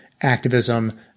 activism